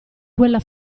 quella